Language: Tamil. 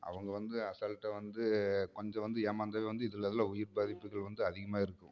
அவங்க வந்து அசால்ட்டாக வந்து கொஞ்சம் வந்து ஏமாந்தாலே வந்து இதில் அதில் உயிர் பாதிப்புகள் வந்து அதிகமாக இருக்கும்